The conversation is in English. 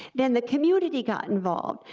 then the community got involved,